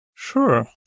Sure